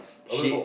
she